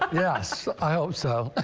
um yes. i hope so.